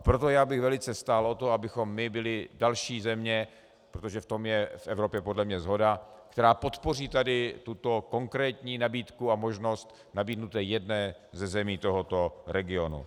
Proto bych velice stál o to, abychom my byli další země, protože v tom je v Evropě podle mě shoda, která podpoří tady tuto konkrétní nabídku a možnost nabídnutou jedné ze zemí tohoto regionu.